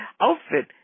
outfit